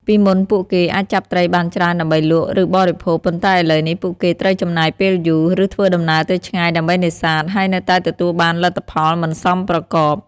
ពីមុនពួកគេអាចចាប់ត្រីបានច្រើនដើម្បីលក់ ឬបរិភោគ ប៉ុន្តែឥឡូវនេះពួកគេត្រូវចំណាយពេលយូរ ឬធ្វើដំណើរទៅឆ្ងាយដើម្បីនេសាទ ហើយនៅតែទទួលបានលទ្ធផលមិនសមប្រកប។